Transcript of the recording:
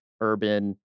urban